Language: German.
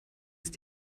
ist